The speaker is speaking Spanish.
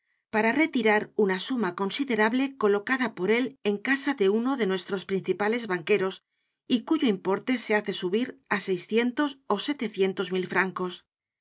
para retirar una suma considera ble colocada por él en casa de uno de nuestros principales banqueros y cüyo importe se hace subir á seiscientos ó setecientos mil francos